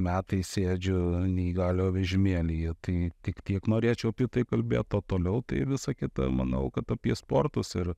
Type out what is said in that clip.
metai sėdžiu neįgaliojo vežimėlyje tai tik tiek norėčiau apie tai kalbėt o toliau tai visa kita manau kad apie sportus ir